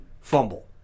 fumble